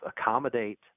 accommodate